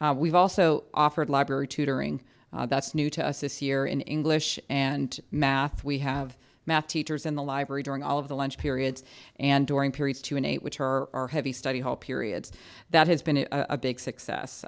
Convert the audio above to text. we've also offered library tutoring that's new to us this year in english and math we have math teachers in the library during all of the lunch periods and during periods two and eight which are heavy study hall periods that has been a big success